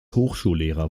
hochschullehrer